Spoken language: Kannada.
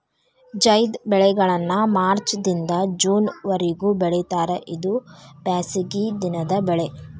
ಝೈದ್ ಬೆಳೆಗಳನ್ನಾ ಮಾರ್ಚ್ ದಿಂದ ಜೂನ್ ವರಿಗೂ ಬೆಳಿತಾರ ಇದು ಬ್ಯಾಸಗಿ ದಿನದ ಬೆಳೆ